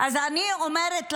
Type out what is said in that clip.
אז אני אומרת לכם,